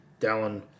Dallin